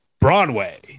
Broadway